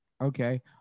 Okay